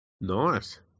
Nice